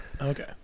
okay